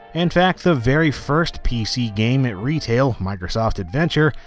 in fact, the very first pc game at retail, microsoft adventure,